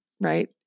right